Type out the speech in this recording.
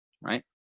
Right